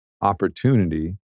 opportunity